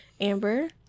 amber